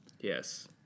Yes